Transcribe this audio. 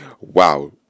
Wow